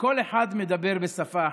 שכל אחד מדבר בשפה אחרת.